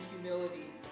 humility